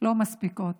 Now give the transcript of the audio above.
לא מספיקים,